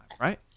right